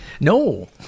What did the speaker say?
No